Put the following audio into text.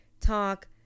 talk